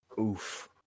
Oof